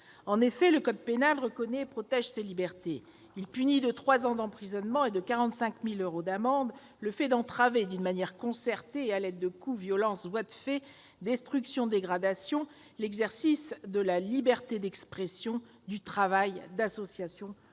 En effet, le code pénal reconnaît et protège ces libertés. Il punit de trois ans d'emprisonnement et de 45 000 euros d'amende le fait d'entraver, d'une manière concertée et à l'aide de coups, violences, voies de fait, destructions ou dégradations l'exercice de la liberté d'expression, du travail, d'association, de